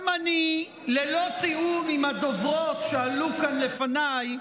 גם אני, ללא תיאום עם הדוברות שעלו כאן לפניי,